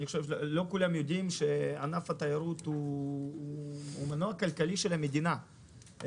לא כולם יודעים שענף התיירות הוא מנוע כלכלי של המדינה.